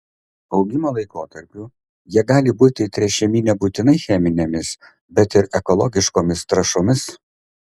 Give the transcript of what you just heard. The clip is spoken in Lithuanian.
augimo laikotarpiu jie gali būti tręšiami nebūtinai cheminėmis bet ir ekologiškomis trąšomis